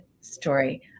story